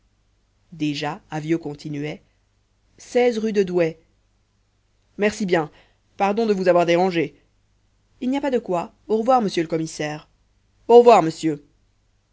déjà avyot continuait rue de douai merci bien pardon de vous avoir dérangé il n'y a pas de quoi au revoir monsieur le commissaire au revoir monsieur